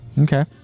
Okay